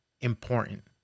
important